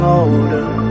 older